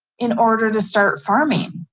in order to start farming.